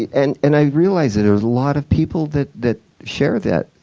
and and i realize that there's a lot of people that that share that.